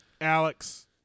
Alex